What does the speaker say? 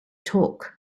talk